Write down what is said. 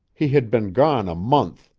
he had been gone a month,